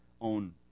own